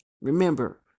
Remember